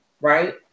right